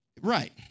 Right